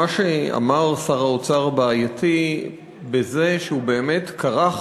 מה שאמר שר האוצר בעייתי בזה שהוא באמת כרך